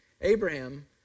Abraham